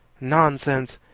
nonsense.